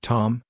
Tom